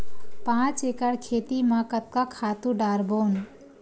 पांच एकड़ खेत म कतका खातु डारबोन?